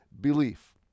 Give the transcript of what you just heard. belief